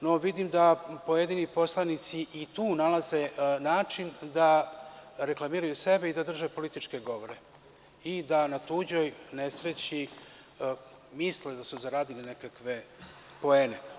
No, vidim da pojedini poslanici i tu nalaze način da reklamiraju sebe, da drže političke govore i da na tuđoj nesreći misle da su zaradili nekakve poene.